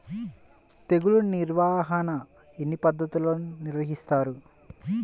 తెగులు నిర్వాహణ ఎన్ని పద్ధతులలో నిర్వహిస్తారు?